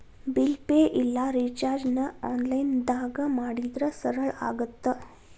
bill pay ಇಲ್ಲಾ ರಿಚಾರ್ಜ್ನ ಆನ್ಲೈನ್ದಾಗ ಮಾಡಿದ್ರ ಸರಳ ಆಗತ್ತ